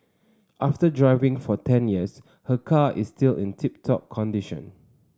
after driving for ten years her car is still in tip top condition